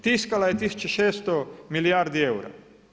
Tiskala je 1600 milijardi eura.